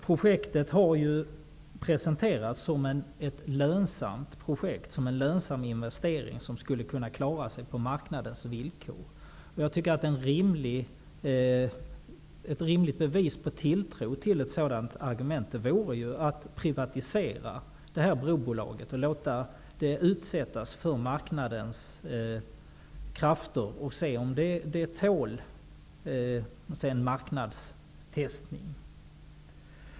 Projektet har ju presenterats som ett lönsamt projekt och som en lönsam investering som skulle kunna klara sig på marknadens villkor. Ett rimligt bevis på tilltro till ett sådant argument vore ju att privatisera brobolaget och låta det utsättas för marknadens krafter och se om det tål en marknadstestning.